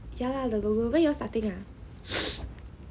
ya lah the logo when you all starting ah